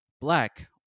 Black